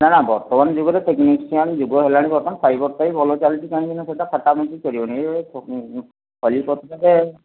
ନା ନା ବର୍ତ୍ତମାନ ଯୁଗରେ ଟେକ୍ନିସିଆନ୍ ଯୁଗ ହେଲାଣି ଫାଇବରଟା ହିଁ ଭଲ ଚାଲିଛି କାହିଁକିନା ସେଇଟା ଫଟା ଖଲି ପତ୍ରରେ